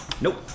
Nope